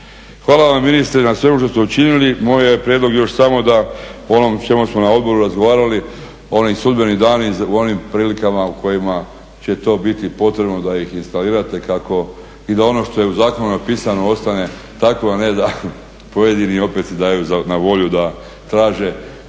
Hvala vam ministre na svemu što ste učinili. Moje je prijedlog još samo da ono o čemu smo na odboru razgovarali, oni sudbeni dani u onim prilikama u kojima će to biti potrebno, da ih instalirate kako i da ono što je u zakonu napisano ostane tako, a ne da pojedini opet si daju na volju da traže